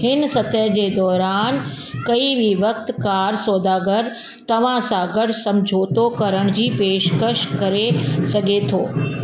हिन सतह जे दौरानु कंहिं बि वक़्तु कार सौदागरु तव्हांसां गॾु समझौतो करणु जी पेशकश करे सघे थो